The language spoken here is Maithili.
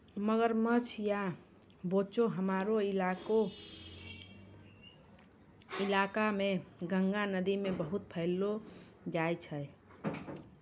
मगरमच्छ या बोचो हमरो इलाका मॅ गंगा नदी मॅ बहुत पैलो जाय छै